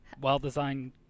well-designed